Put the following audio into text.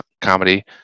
comedy